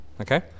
Okay